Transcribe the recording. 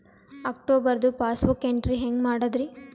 ಅಕ್ಟೋಬರ್ದು passbook entry ಹೆಂಗ್ ಮಾಡದ್ರಿ?